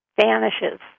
vanishes